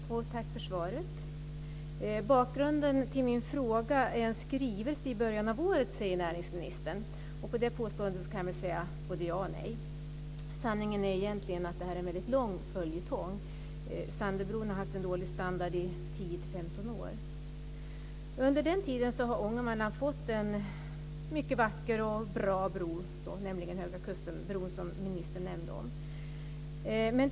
Fru talman! Tack för svaret! Bakgrunden till min fråga är en skrivelse i början av året, säger näringsministern. Till det påståendet kan jag säga både ja och nej. Sanningen är egentligen att det här är en mycket lång följetong. Sandöbron har haft en dålig standard i 10-15 år. Under den tiden har Ångermanland fått en mycket vacker och bra bro, nämligen Höga kusten-bron, som ministern nämnde.